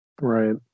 Right